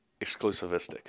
exclusivistic